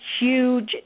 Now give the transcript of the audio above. huge